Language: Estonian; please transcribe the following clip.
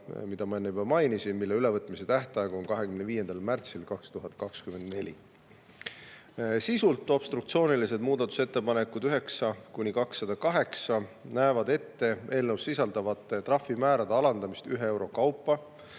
mida ma enne juba mainisin ja mille ülevõtmise tähtaeg on 25. märtsil 2024. Sisult obstruktsioonilised muudatusettepanekud 9–208 näevad ette eelnõus sisalduvate trahvimäärade alandamist ühe euro kaupa.